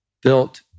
built